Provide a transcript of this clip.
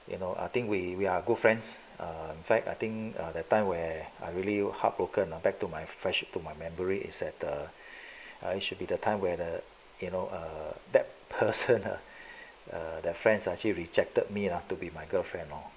you know I think we are good friends err fact I think err that time where I really heartbroken ah back to my friendship to my memory is that the it should be the time where the you know err that person lah that friends are actually rejected me lah to be my girlfriend lor